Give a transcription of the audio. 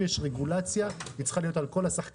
אם יש רגולציה, היא צריכה להיות על כל השחקנים.